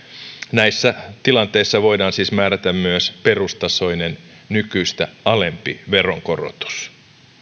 näissä tilanteissa voidaan siis määrätä myös perustasoinen nykyistä alempi veronkorotus